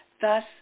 Thus